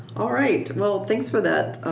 alright, well thanks for that,